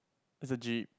it's a jeep